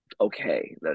Okay